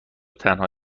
تنها